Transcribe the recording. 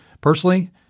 Personally